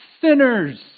sinners